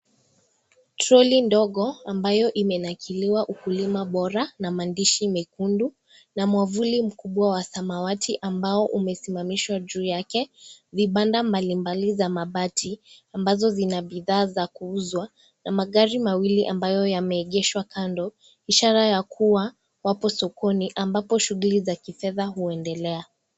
Trolley ndogo ambayo imenakiliwa, ukulima bora na maandishi mekundu, na mwavuli mkubwa wa samawati ambao umesimamishwa juu yake, vibanda mbalimbali za mabati, ambazo zina bidhaa za kuuzwa, na magari mawili ambayo yameegeshwa kando ishara ya kuwa wapo sokoni ambapo shughuli za kifedha huendelea.